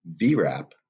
VRAP